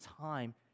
time